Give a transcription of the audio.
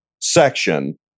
section